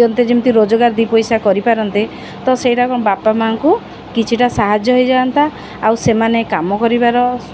ଦିଅନ୍ତେ ଯେମିତି ରୋଜଗାର ଦୁଇ ପଇସା କରିପାରନ୍ତେ ତ ସେଇଟା କ'ଣ ବାପା ମାଆଙ୍କୁ କିଛିଟା ସାହାଯ୍ୟ ହୋଇଯାଆନ୍ତା ଆଉ ସେମାନେ କାମ କରିବାର